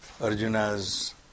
Arjuna's